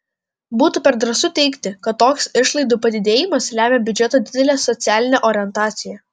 būtų per drąsu teigti kad toks išlaidų padidėjimas lemia biudžeto didelę socialinę orientaciją